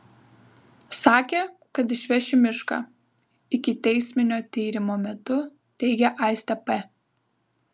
sakė kad išveš į mišką ikiteisminio tyrimo metu teigė aistė p